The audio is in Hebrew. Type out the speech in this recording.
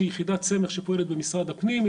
שהיא יחידת סמך שפועלת במשרד הפנים היא